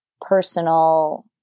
personal